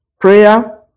prayer